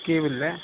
কি বুলিলে